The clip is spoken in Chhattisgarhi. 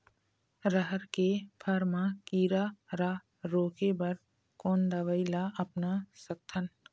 रहर के फर मा किरा रा रोके बर कोन दवई ला अपना सकथन?